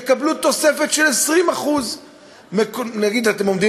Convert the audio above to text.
יקבלו תוספת של 20%; נגיד אתם עומדים